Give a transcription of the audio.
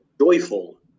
joyful